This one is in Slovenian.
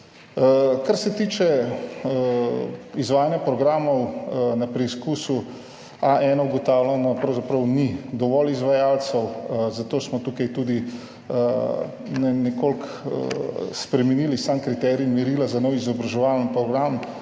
Kar se tiče izvajanja programov na preizkusu A1 ugotavljamo, pravzaprav ni dovolj izvajalcev, zato smo tukaj tudi nekoliko spremenili sam kriterij in merila za nov izobraževalni program,